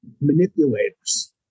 manipulators